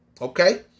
Okay